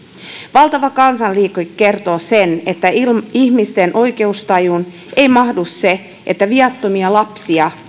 valtava kansanliike kertoo sen että ihmisten oikeustajuun ei mahdu se että viattomia lapsia